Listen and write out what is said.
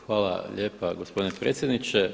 Hvala lijepa gospodine predsjedniče.